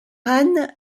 âne